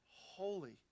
holy